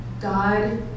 God